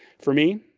for me,